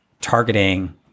targeting